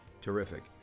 Terrific